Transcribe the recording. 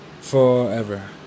Forever